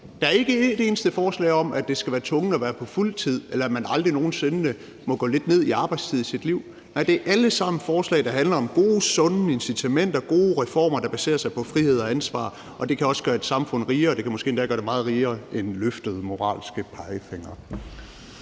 Der er ikke et eneste forslag om, at det skal være tvungent at være på fuld tid, eller at man aldrig nogen sinde i sit liv må gå lidt ned i arbejdstid. Nej, det er alle sammen forslag, der handler om gode, sunde incitamenter, og det er gode reformer, der baserer sig på frihed og ansvar. Det kan også gøre et samfund rigere – det kan måske endda gøre det meget rigere end løftede moralske pegefingre.